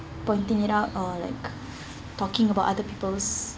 pointing it out or like talking about other people's